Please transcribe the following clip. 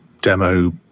demo